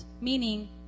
meaning